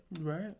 right